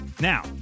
Now